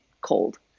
cold